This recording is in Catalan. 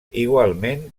igualment